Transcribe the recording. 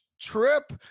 trip